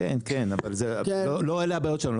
כן, אבל לא אלה הבעיות שלנו.